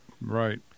Right